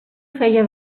feia